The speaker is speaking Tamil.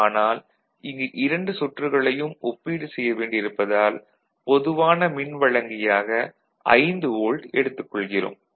ஆனால் இங்கு இரண்டு சுற்றுகளையும் ஒப்பீடு செய்ய வேண்டி இருப்பதால் பொதுவான மின்வழங்கியாக 5 வோல்ட் எடுத்துக் கொள்கிறோம்